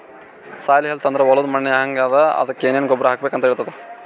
soil health ಅಂದ್ರ ಹೊಲದ್ ಮಣ್ಣ್ ಹೆಂಗ್ ಅದಾ ಅದಕ್ಕ್ ಏನೆನ್ ಗೊಬ್ಬರ್ ಹಾಕ್ಬೇಕ್ ಅಂತ್ ಹೇಳ್ತದ್